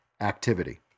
activity